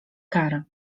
kary